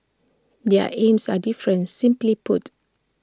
their aims are different simply put